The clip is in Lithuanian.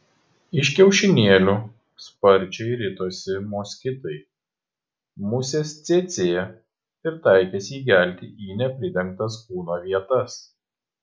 iš kiaušinėlių sparčiai ritosi moskitai musės cėcė ir taikėsi įgelti į nepridengtas kūno vietas